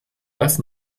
das